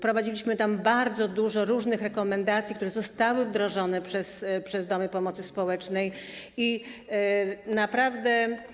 Wprowadziliśmy tam bardzo dużo różnych rekomendacji, które zostały wdrożone przez domy pomocy społecznej, i naprawdę.